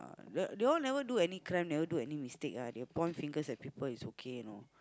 you all you all never do any crime never do any mistake ah they will point fingers at people it's okay you know